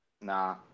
Nah